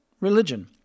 religion